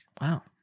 Wow